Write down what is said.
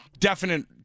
definite